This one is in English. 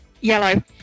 Yellow